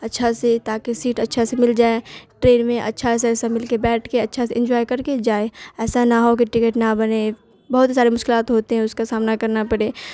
اچھا سے تاکہ سیٹ اچھا سے مل جائے ٹرین میں اچھا سے سب مل کے بیٹھ کے اچھا سے انجوائے کر کے جائے ایسا نہ ہو کہ ٹکٹ نہ بنے بہت سارے مشکلات ہوتے ہیں اس کا سامنا کرنا پڑے